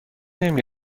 نمی